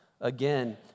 Again